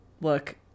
Look